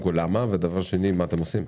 קודם כל למה, ושנית, מה אתם עושים.